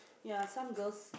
ya some girls